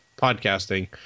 podcasting